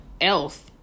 else